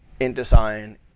InDesign